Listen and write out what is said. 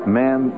man